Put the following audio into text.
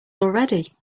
already